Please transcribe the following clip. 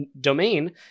domain